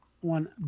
one